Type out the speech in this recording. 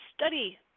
study